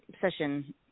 session